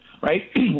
right